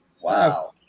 Wow